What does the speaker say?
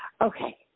Okay